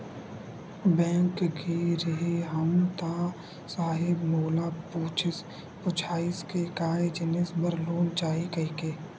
Bank गे रेहे हंव ता साहेब मोला पूछिस पुछाइस के काय जिनिस बर लोन चाही कहिके?